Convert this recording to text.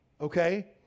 okay